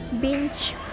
binge